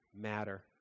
matter